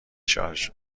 شارژ